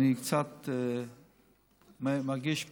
אני קצת מרגיש פגוע.